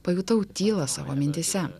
pajutau tylą savo mintyse